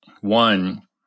one